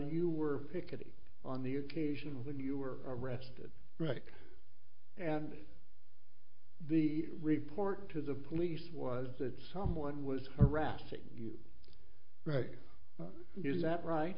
you were picketing on the occasions when you were arrested rick and the report to the police was that someone was harassing you right is that right